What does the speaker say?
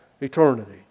eternity